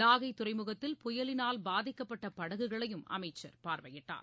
நாகை துறைமுகத்தில் புயலினால் பாதிக்கப்பட்ட படகுகளையும் அமைச்சர் பார்வையிட்டார்